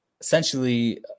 essentially